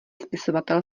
spisovatel